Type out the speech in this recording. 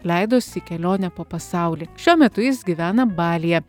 leidosi į kelionę po pasaulį šiuo metu jis gyvena balyje